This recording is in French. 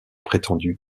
prétendu